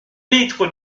litre